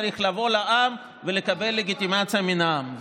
צריך לבוא לעם ולקבל לגיטימציה מהעם.